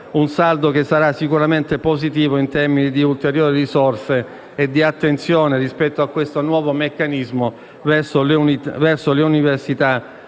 il saldo sarà sicuramente positivo, in termini di ulteriori risorse e di attenzione a favore di questo nuovo meccanismo verso le università